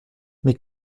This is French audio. mais